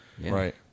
right